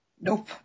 Nope